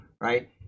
right